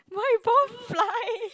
my ball fly